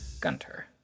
Gunter